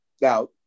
Now